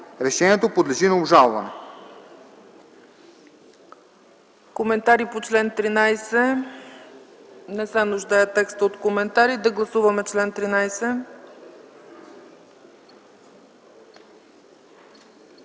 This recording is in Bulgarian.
Решението подлежи на обжалване.”